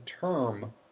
term